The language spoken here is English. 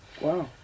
Wow